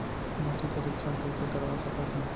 माटी परीक्षण कइसे करवा सकत हन?